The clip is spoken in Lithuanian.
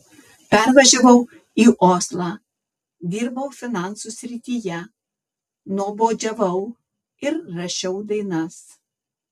pervažiavau į oslą dirbau finansų srityje nuobodžiavau ir rašiau dainas